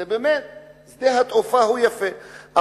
שדה התעופה הוא יפה,